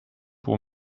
pour